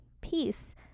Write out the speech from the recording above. peace